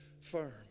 firm